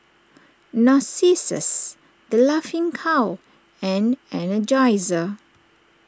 Narcissus the Laughing Cow and Energizer